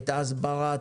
את ההסברה,